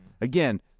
again